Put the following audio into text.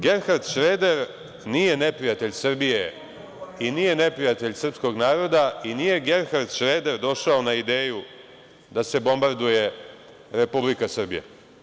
Gerhard Šreder nije neprijatelj Srbije i nije neprijatelj srpskog naroda i nije Gerhard Šreder došao na ideju da se bombarduje Republika Srbija.